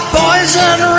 poison